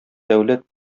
дәүләт